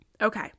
Okay